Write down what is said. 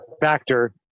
factor